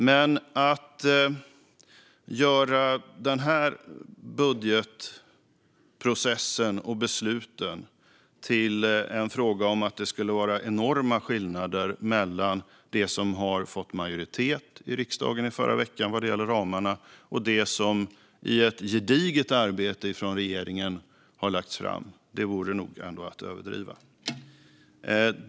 Men att i den här budgetprocessen göra gällande att det skulle vara enorma skillnader mellan det som i förra veckan fick majoritet i riksdagen vad gäller ramarna och det som har lagts fram i ett gediget arbete från regeringen vore ändå att överdriva.